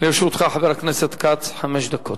לרשותך, חבר הכנסת כץ, חמש דקות.